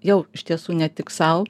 jau iš tiesų ne tik sau